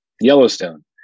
Yellowstone